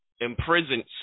imprisoned